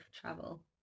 travel